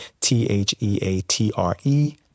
T-H-E-A-T-R-E